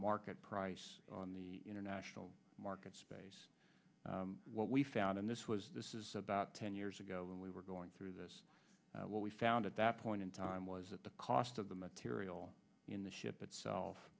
market price on the international market space what we found and this was this is about ten years ago when we were going through this what we found at that point in time was that the cost of the material in the ship itself